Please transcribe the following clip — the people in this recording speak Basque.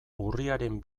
urriaren